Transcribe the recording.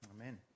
Amen